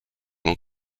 dans